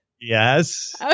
Yes